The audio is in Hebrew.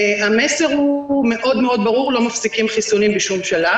המסר הוא ברור מאוד: לא מפסיקים חיסונים בשום שלב.